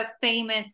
famous